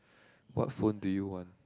what phone do you want